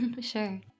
Sure